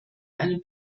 eine